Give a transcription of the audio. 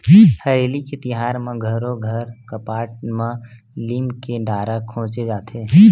हरेली के तिहार म घरो घर कपाट म लीम के डारा खोचे जाथे